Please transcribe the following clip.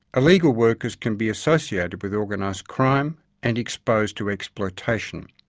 illegal workers can be associated with organised crime and exposed to exploitation.